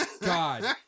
God